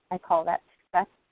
i call that success.